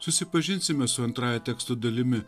susipažinsime su antrąja teksto dalimi